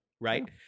right